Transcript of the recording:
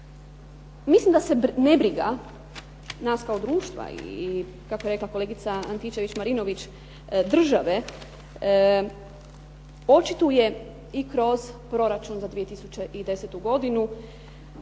Mislim da se nebriga nas kao društva i kako je rekla kolegica Antičević-Marinović države, očituje i kroz proračun za 2010. godinu,